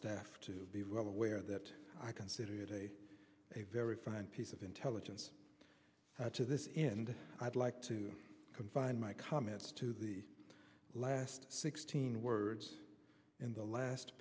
staff to be well aware that i consider your day a very fine piece of intelligence to this end i'd like to confine my comments to the last sixteen words in the last